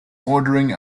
ordering